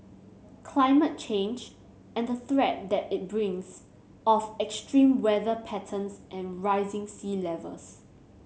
climate change and the threat that it brings of extreme weather patterns and rising sea levels